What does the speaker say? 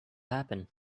happen